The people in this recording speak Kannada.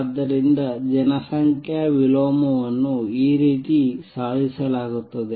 ಆದ್ದರಿಂದ ಜನಸಂಖ್ಯಾ ವಿಲೋಮವನ್ನು ಈ ರೀತಿ ಸಾಧಿಸಲಾಗುತ್ತದೆ